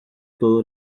todo